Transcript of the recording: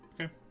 Okay